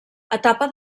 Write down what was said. etapa